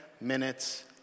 minutes